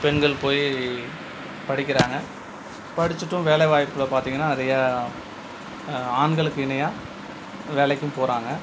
பெண்கள் போய் படிக்கிறாங்க படிச்சுட்டும் வேலைவாய்ப்பில் பார்த்தீங்கன்னா நிறையா ஆண்களுக்கு இணையாக வேலைக்கும் போகிறாங்க